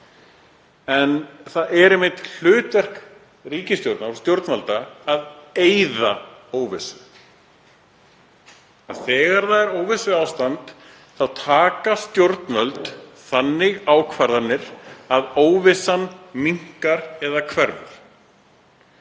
En það er einmitt hlutverk ríkisstjórnar og stjórnvalda að eyða óvissu. Þegar það er óvissuástand taka stjórnvöld þannig ákvarðanir að óvissan minnkar eða hverfur.